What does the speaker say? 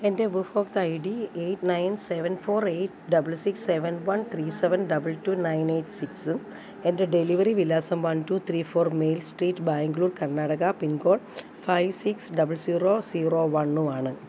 എൻ്റെ ഉപഭോക്തൃ I D eight nine seven four eight double six seven one three seven double two nine eight സിക്സും എൻ്റെ delivery വിലാസം one two three four mail street Bangalore Karnataka pincode five six double zero zero വണും ആണ്